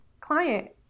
client